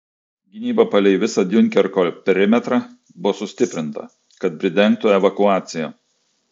gynyba palei visą diunkerko perimetrą buvo sustiprinta kad pridengtų evakuaciją